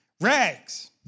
Rags